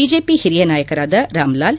BJP ಹಿರಿಯ ನಾಯಕರಾದ ರಾಮ್ಲಾಲ್